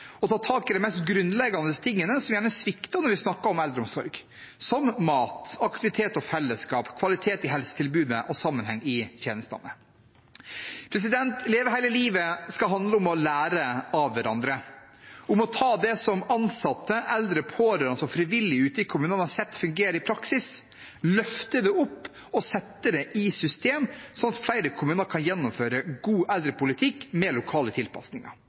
ta tak i de mest grunnleggende tingene som gjerne svikter når vi snakker om eldreomsorg, som mat, aktivitet og fellesskap, kvalitet i helsetilbudet og sammenheng i tjenestene. Leve hele livet skal handle om å lære av hverandre, om å ta det som ansatte, eldre, pårørende og frivillige ute i kommunene har sett fungere i praksis, løfte det opp og sette det i system, sånn at flere kommuner kan gjennomføre god eldrepolitikk med lokale tilpasninger.